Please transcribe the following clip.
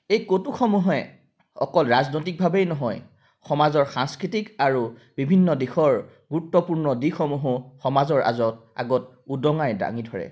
এই কৌতুকসমূহে অকল ৰাজনৈতিকভাৱেই নহয় সমাজৰ সাংস্কৃতিক আৰু বিভিন্ন দিশৰ গুৰুত্বপূৰ্ণ দিশসমূহো সমাজৰ আজত আগত উদঙাই দাঙি ধৰে